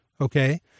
Okay